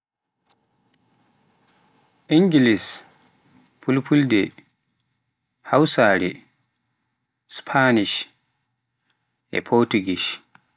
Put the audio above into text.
Ingilis, Fulfulde, Hausare, spanish, Portugush